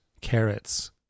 carrots